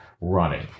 running